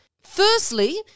firstly